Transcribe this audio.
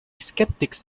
skeptics